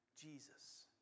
Jesus